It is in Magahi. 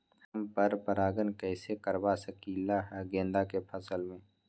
हम पर पारगन कैसे करवा सकली ह गेंदा के फसल में?